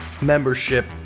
membership